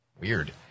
Weird